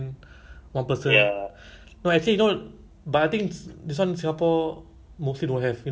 because most people will eat solo ah because last time the lunch time is between the period right